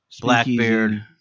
Blackbeard